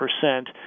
percent